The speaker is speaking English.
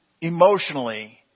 emotionally